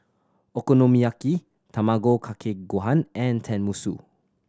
Okonomiyaki Tamago Kake Gohan and Tenmusu